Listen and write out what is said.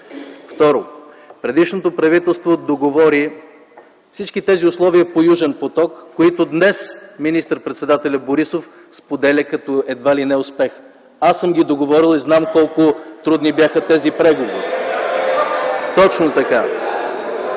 Второ, предишното правителство договори всички тези условия по „Южен поток”, които днес министър-председателят Борисов споделя едва ли не като успех. Аз съм ги договорил и знам колко трудни бяха тези преговори. (Смях и